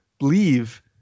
Leave